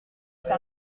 c’est